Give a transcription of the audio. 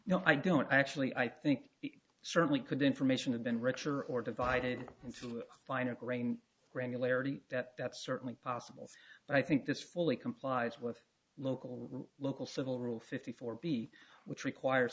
no i don't actually i think it certainly could information have been richer or divided into finer grained granularity that that's certainly possible but i think this fully complies with local local civil rule fifty four b which requires